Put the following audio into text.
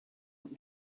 out